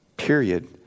Period